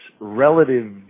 relative